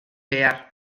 behar